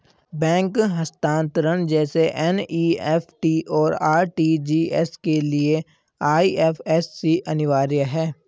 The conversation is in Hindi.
बैंक हस्तांतरण जैसे एन.ई.एफ.टी, और आर.टी.जी.एस के लिए आई.एफ.एस.सी अनिवार्य है